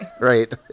right